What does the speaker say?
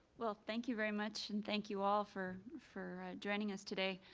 well, thank you very much and thank you all for for joining us today.